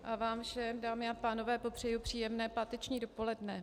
A vám všem, dámy a pánové, popřeji příjemné páteční dopoledne.